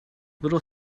little